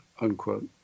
Unquote